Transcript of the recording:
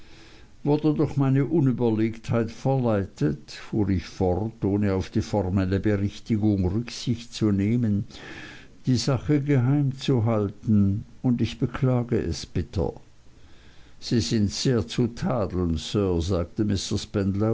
wurde durch meine unüberlegtheit verleitet fuhr ich fort ohne auf die formelle berichtigung rücksicht zu nehmen die sache geheim zu halten und ich beklage es bitter sie sind sehr zu tadeln sir sagte